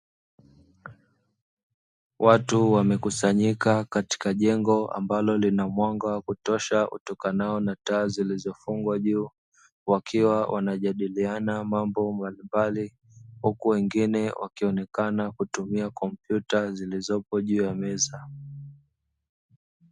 Watu wamekusanyika katika jengo ambalo lina mwanga wa kutosha utokanao na taa zilizofungwa juu wakiwa wanajadiliana mambo mbalimbali, huku wengine wakionekana kutumia kompyuta zilizopo juu ya meza.